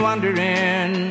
Wondering